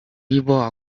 尼泊尔